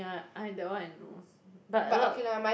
ya I that one I know but a lot